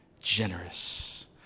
generous